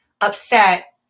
upset